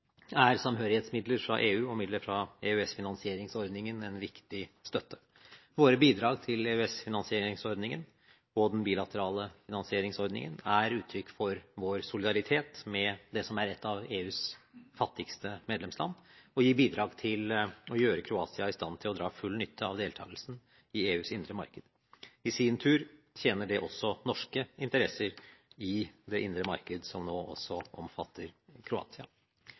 er samhørighetsmidler fra EU og midler fra EØS-finansieringsordningen en viktig støtte. Våre bidrag til EØS-finansieringsordningen og den bilaterale finansieringsordningen er uttrykk for vår solidaritet med det som er et av EUs fattigste medlemsland, og gir bidrag til å gjøre Kroatia i stand til å dra full nytte av deltakelsen i EUs indre marked. I sin tur tjener det også norske interesser i det indre marked, som nå også omfatter Kroatia.